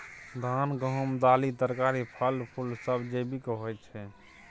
धान, गहूम, दालि, तरकारी, फल, फुल सब जैविक होई छै